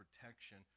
protection